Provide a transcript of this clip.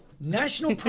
national